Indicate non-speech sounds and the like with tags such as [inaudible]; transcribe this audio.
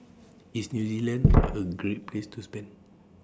IS New Zealand [noise] A Great Place to spend